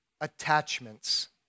attachments